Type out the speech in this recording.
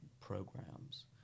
programs